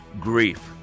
grief